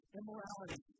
immorality